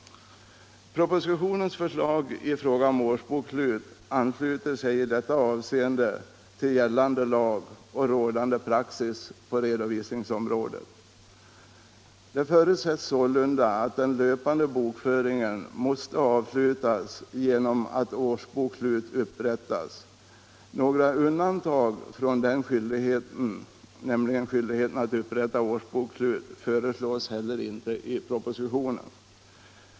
Propositionens förslag om årsbokslut ansluter sig i detta avseende till gällande lag och rådande praxis på redovisningsområdet. Det förutsätts sålunda att den löpande bokföringen måste avslutas genom att årsbokslut upprättas. Några undantag från skyldigheten att upprätta årsbokslut föreslås heller inte i propositionen.